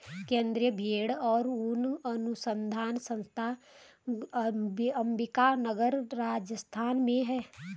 केन्द्रीय भेंड़ और ऊन अनुसंधान संस्थान अम्बिका नगर, राजस्थान में है